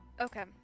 okay